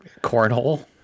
cornhole